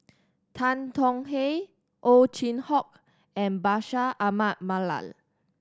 Tan Tong Hye Ow Chin Hock and Bashir Ahmad Mallal